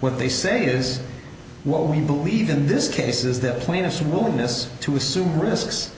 what they say is what we believe in this case is that the plaintiffs willingness to assume risks